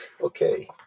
Okay